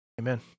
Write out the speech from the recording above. Amen